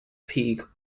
peak